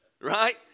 right